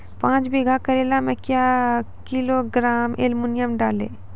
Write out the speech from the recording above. पाँच बीघा करेला मे क्या किलोग्राम एलमुनियम डालें?